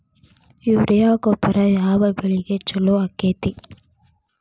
Urea ಗೊಬ್ಬರ ಯಾವ ಬೆಳಿಗೆ ಛಲೋ ಆಕ್ಕೆತಿ?